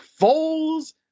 Foles